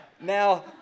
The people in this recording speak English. Now